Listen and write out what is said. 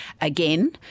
again